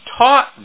taught